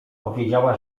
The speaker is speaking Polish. powiedziała